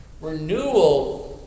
Renewal